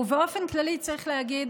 ובאופן כללי צריך להגיד,